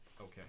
Okay